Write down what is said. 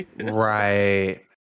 Right